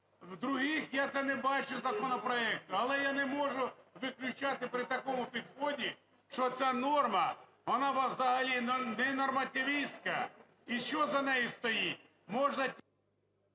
в других я це не бачу законопроектах. Але я не можу виключати при такому підході, що ця норма, вона взагалі ненормативіська, і що за нею стоїть,